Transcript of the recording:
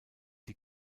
die